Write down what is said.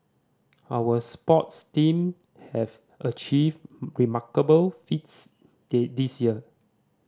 our sports team have achieved remarkable feats the this year